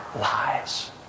lies